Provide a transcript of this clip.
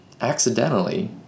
accidentally